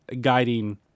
guiding